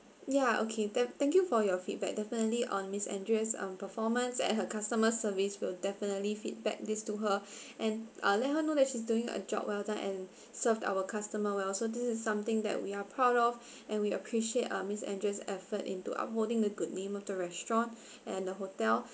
ya okay thank thank you for your feedback definitely on miss andrea's um performance at her customer service will definitely feedback this to her and uh let her know that she's doing a job well done and served our customer well so this is something that we are proud of and we appreciate uh miss andrea's effort into upholding the good name of the restaurant and the hotel